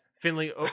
Finley